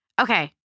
Okay